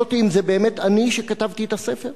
אותי אם זה באמת אני שכתבתי את הספר?